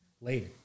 later